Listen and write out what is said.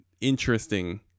interesting